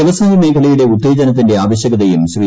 വൃവസായ മേഖലയുടെ ഉത്തേജനത്തിന്റെ ആവശ്യകതയും ശ്രീ